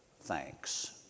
thanks